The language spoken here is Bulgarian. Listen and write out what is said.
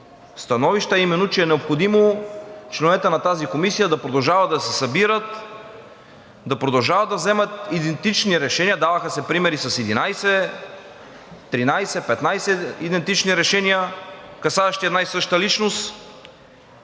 становище, а именно, че е необходимо членовете на тази комисия да продължават да се събират, да продължават да вземат идентични решения – даваха се примери с 11, 13, 15 идентични решения, касаещи една и съща личност,